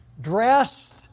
dressed